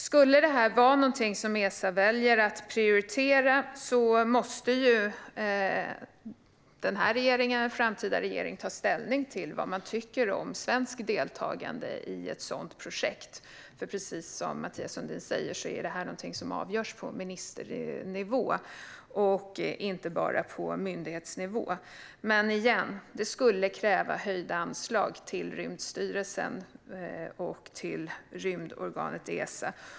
Om detta skulle vara någonting som Esa väljer att prioritera måste denna regering eller en framtida regering ta ställning till vad man tycker om svenskt deltagande i ett sådant projekt, för precis som Mathias Sundin säger är detta någonting som avgörs på ministernivå och inte bara på myndighetsnivå. Men - än en gång - det skulle kräva höjda anslag till Rymdstyrelsen och till rymdorganet Esa.